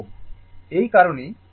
এই কারণেই 10 এর পাওয়ার 3 গুণিত হয় না